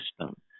system